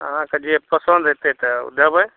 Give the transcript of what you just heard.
अहाँके जे पसन्द हेतै तऽ ओ देबै